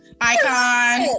Icon